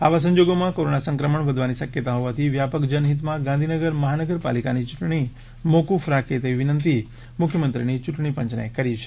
આવા સંજોગોમાં કોરોના સંક્રમણ વધવાની શક્યતા હોવાથી વ્યાપક જનહિતમાં ગાંધીનગર મહાનગરપાલિકાની ચૂંટણી મોક્રફ રાખે તેવી વિનંતી મુખ્યમંત્રીની યૂંટણી પંચને કરી છે